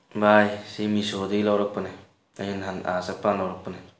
ꯚꯥꯏ ꯁꯤ ꯃꯤꯁꯣꯗꯒꯤ ꯂꯧꯔꯛꯄꯅꯤ ꯑꯩꯅ ꯅꯍꯥꯟ ꯑꯥ ꯆꯠꯄꯀꯥꯟꯗ ꯂꯧꯔꯛꯄꯅꯦ